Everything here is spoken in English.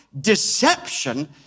deception